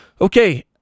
Okay